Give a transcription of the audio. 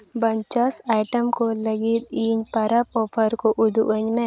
bunches ᱟᱭᱴᱮᱢᱠᱚ ᱞᱟᱹᱜᱤᱫ ᱤᱧ ᱯᱟᱨᱟᱵᱽ ᱚᱯᱷᱟᱨᱠᱚ ᱩᱫᱩᱜ ᱟᱹᱧ ᱢᱮ